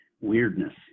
weirdness